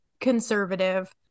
conservative